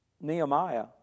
Nehemiah